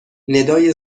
ندای